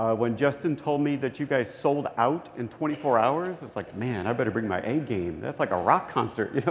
when justyn told me that you guys sold out in twenty four hours, it's, like, man, i better bring my a game. that's like a rock concert, you know